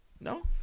No